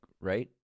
right